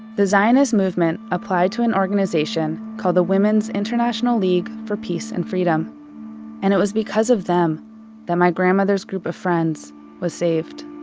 the zionist movement applied to an organization called the women's international league for peace and freedom and it was because of them that my grandmother's group of friends was saved.